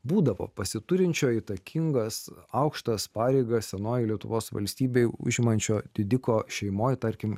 būdavo pasiturinčio įtakingas aukštas pareigas senojoje lietuvos valstybėje užimančio didiko šeimoje tarkim